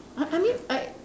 I I mean I